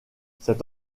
cet